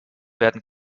werden